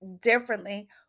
differently